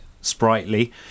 sprightly